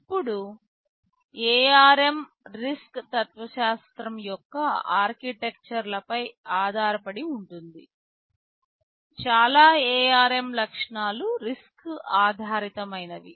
ఇప్పుడు ARM RISC తత్వశాస్త్రం యొక్క ఆర్కిటెక్చర్ల పై ఆధారపడి ఉంటుంది చాలా ARM లక్షణాలు RISC ఆధారితమైనవి